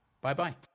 Bye-bye